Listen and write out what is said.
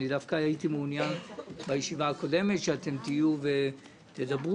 דווקא הייתי מעוניין בישיבה הקודמת שתהיו ותדברו,